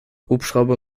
hubschrauber